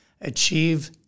achieve